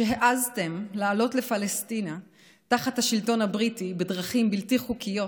שהעזתם לעלות לפלשתינה תחת השלטון הבריטי בדרכים בלתי חוקיות